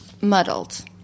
muddled